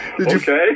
Okay